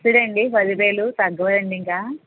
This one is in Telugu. ఫిక్స్డ్ ఆ అండి పది వేలు తగ్గవా అండి ఇంకా